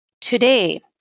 today